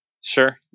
Sure